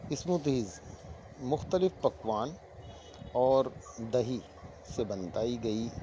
smoothies مختلف پکوان اور دہی سے بنتی گئی